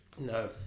no